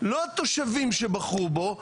לא התושבים שבחרו בו.